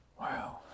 Wow